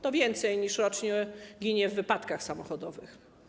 To więcej osób niż rocznie ginie w wypadkach samochodowych.